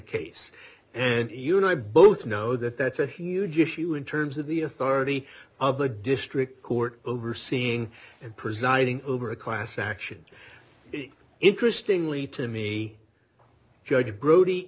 case and you know i both know that that's a huge issue in terms of the authority of the district court overseeing and presiding over a class action is interesting leigh to me judge grody